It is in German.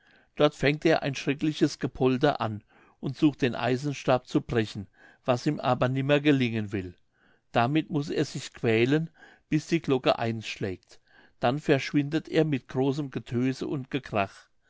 dort fängt er ein schreckliches gepolter an und sucht den eisenstab zu brechen was ihm aber nimmer gelingen will damit muß er sich quälen bis die glocke eins schlägt dann verschwindet er mit großem getöse und gekrach